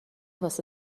واسه